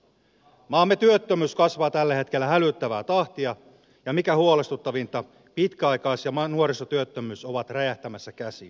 maamme työttömyys kasvaa tällä hetkellä hälyttävää tahtia ja mikä huolestuttavinta pitkäaikais ja nuorisotyöttömyys ovat räjähtämässä käsiin